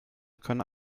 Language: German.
können